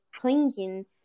clinging